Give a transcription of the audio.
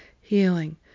healing